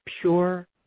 pure